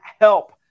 help